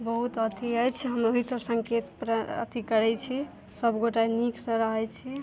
बहुत अथी अछि हम ओहि सब सङ्केत अथी करैत छी सब गोटा नीकसँ रहैत छी